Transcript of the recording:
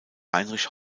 heinrich